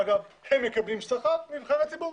אגב, הם מקבלים שכר ונבחרי ציבור